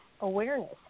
awareness